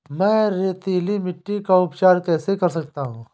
मैं रेतीली मिट्टी का उपचार कैसे कर सकता हूँ?